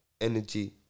energy